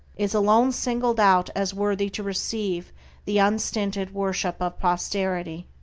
is alone singled out as worthy to receive the unstinted worship of posterity.